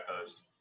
post